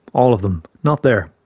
all of them. not there.